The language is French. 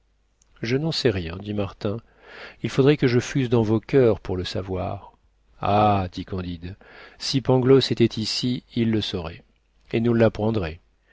je n'en sais rien dit martin il faudrait que je fusse dans vos coeurs pour le savoir ah dit candide si pangloss était ici il le saurait et nous l'apprendrait